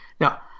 Now